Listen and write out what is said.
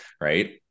right